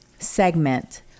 segment